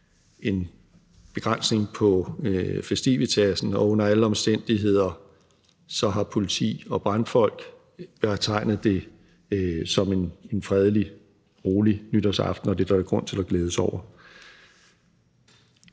en begrænsning på festivitassen, og under alle omstændigheder har politi og brandfolk betegnet det som en fredelig og rolig nytårsaften, og det er der jo grund til at glæde sig over.